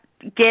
get